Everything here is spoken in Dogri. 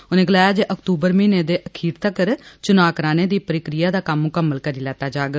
उनें गलाया जे अक्तूबर म्हीने तगर एह् चुनां कराने दी प्रक्रिया दा कम्म मुक्कल करी लैता जाग